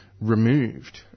removed